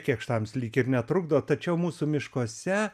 kekštams lyg ir netrukdo tačiau mūsų miškuose